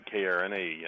KRNA